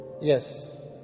Yes